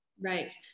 Right